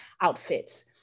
outfits